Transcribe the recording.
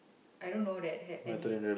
I don't know that had any